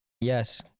Yes